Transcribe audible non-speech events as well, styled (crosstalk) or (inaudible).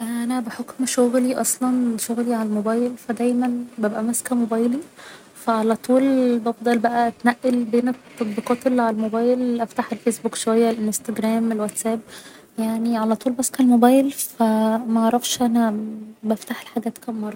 أنا بحكم شغلي أصلا شغلي على الموبايل فدايما ببقى ماسكة موبايلي ف على طول بفضل بقا أتنقل بين التطبيقات اللي على الموبايل (noise) افتح الفيسبوك شوية الانستجرام الواتساب يعني على طول ماسكة الموبايل فمعرفش أنا بفتح الحاجات كام مرة